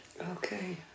Okay